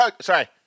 sorry